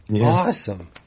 awesome